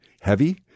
heavy